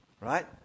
Right